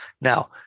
now